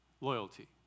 loyalty